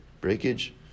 Breakage